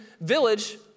village